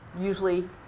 usually